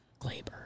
Glaber